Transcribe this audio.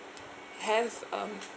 have um